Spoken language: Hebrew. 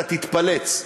אתה תתפלץ.